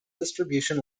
distribution